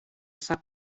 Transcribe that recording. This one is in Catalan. sap